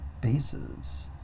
bases